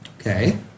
Okay